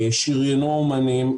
שריינו אומנים,